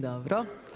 Dobro.